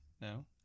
No